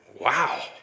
Wow